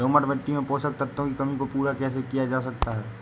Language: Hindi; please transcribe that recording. दोमट मिट्टी में पोषक तत्वों की कमी को पूरा कैसे किया जा सकता है?